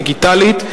דיגיטלית,